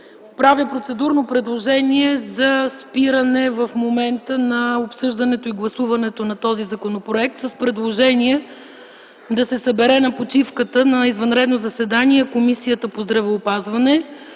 Правя процедурно предложение за спиране в момента на обсъждането и гласуването на този законопроект с предложение да се събере в почивката Комисията по здравеопазването